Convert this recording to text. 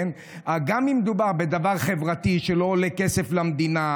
בדבר חברתי שלא עולה כסף למדינה,